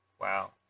Wow